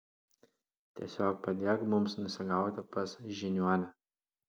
tiesiog padėk mums nusigauti pas žiniuonę